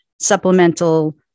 supplemental